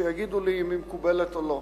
ושיגידו לי אם היא מקובלת או לא.